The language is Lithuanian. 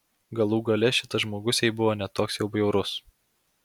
galų gale šitas žmogus jai buvo ne toks jau bjaurus